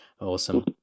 Awesome